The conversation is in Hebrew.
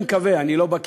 אני מקווה, אני לא בקי,